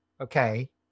Okay